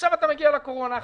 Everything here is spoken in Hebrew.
עכשיו מגיעים לקורונה.